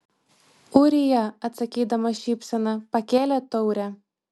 ūrija atsakydamas šypsena pakėlė taurę